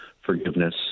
forgiveness